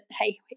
hey